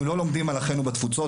אנחנו לא לומדים על אחינו בתפוצות,